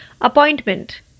appointment